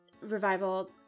revival